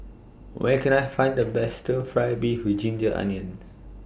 Where Can I Find The Best Stir Fry Beef with Ginger Onions